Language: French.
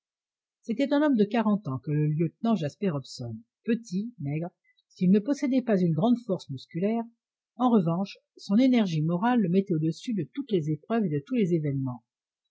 c'était un homme de quarante ans que le lieutenant jasper hobson petit maigre s'il ne possédait pas une grande force musculaire en revanche son énergie morale le mettait au-dessus de toutes les épreuves et de tous les événements